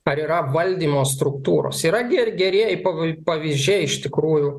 ar yra valdymo struktūros yra ge gerieji pa pavyzdžiai iš tikrųjų